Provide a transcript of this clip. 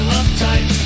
uptight